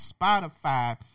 Spotify